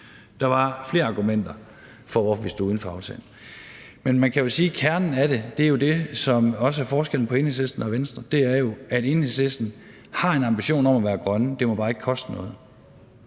Der var flere argumenter for, hvorfor vi stod uden for aftalen. Men man kan sige, at kernen i det er det, som også er forskellen mellem Enhedslisten og Venstre – det er jo, at Enhedslisten har en ambition om at være grønne, men det må bare ikke koste noget.